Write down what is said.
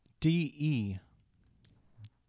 D-E